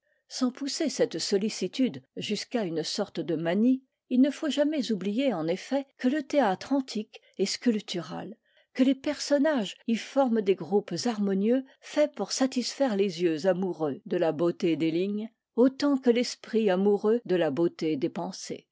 sans pousser cette sollicitude jusque une sorte de manie il ne faut jamais oublier en effet que le théâtre antique est sculptural que les personnages y forment des groupes harmonieux faits pour satisfaire les yeux amoureux de la beauté des lignes autant que l'esprit amoureux de la beauté des pensées